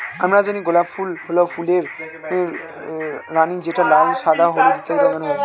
আমরা জানি গোলাপ হল ফুলের রানী যেটা লাল, সাদা, হলুদ ইত্যাদি রঙের হয়